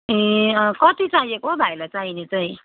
ए कति चाहिएको हो भाइलाई चाहिन चाहिँ